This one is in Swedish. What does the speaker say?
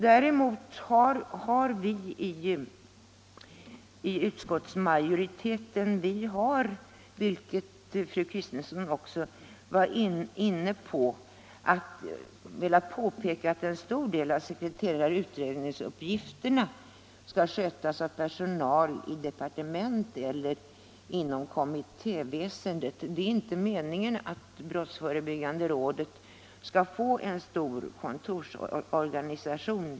Däremot har vi i utskottsmajoriteten, vilket fru Kristensson också var inne på, velat påpeka att en stor del av sekreterarutredningsuppgifterna skall skötas av personal i departement eller inom kommittéväsendet Det är inte meningen att brottsförebyggande rådet skall få en stor kontorsorganisation.